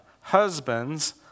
Husbands